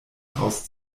aus